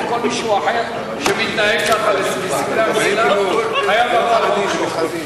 וכל מישהו אחר שמתנהג ככה חייב לבוא על עונשו.